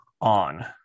on